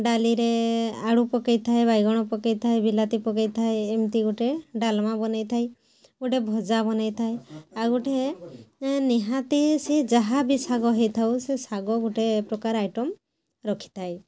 ଡାଲିରେ ଆଳୁ ପକାଇଥାଏ ବାଇଗଣ ପକାଇଥାଏ ବିଲାତି ପକାଇଥାଏ ଏମିତି ଗୋଟେ ଡାଲମା ବନାଇଥାଏ ଗୋଟେ ଭଜା ବନାଇଥାଏ ଆଉ ଗୋଟେ ନିହାତି ସିଏ ଯାହାବି ଶାଗ ହେଇଥାଉ ସେ ଶାଗ ଗୋଟେ ପ୍ରକାର ଆଇଟମ୍ ରଖିଥାଏ